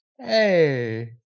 Hey